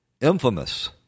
infamous